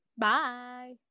bye